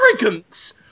arrogance